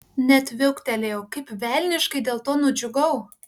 net viauktelėjau kaip velniškai dėl to nudžiugau